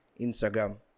instagram